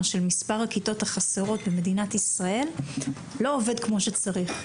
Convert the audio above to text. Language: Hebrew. של מספר הכיתות החסרות במדינת ישראל לא עובד כפי שצריך.